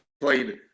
played